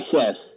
Yes